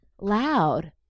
loud